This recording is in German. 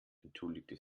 entschuldigte